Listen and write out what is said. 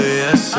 yes